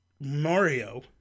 Mario